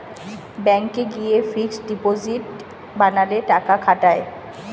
ব্যাংকে গিয়ে fixed deposit বানালে টাকা খাটায়